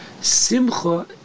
Simcha